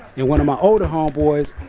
and one of my older homeboys,